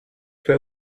fue